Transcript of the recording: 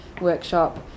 workshop